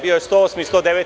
Bio je član 108. i 109.